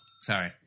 Sorry